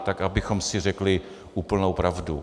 Tak abychom si řekli úplnou pravdu.